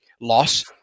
loss